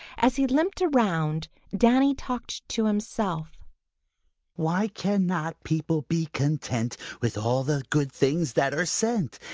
as he limped around, danny talked to himself why cannot people be content with all the good things that are sent,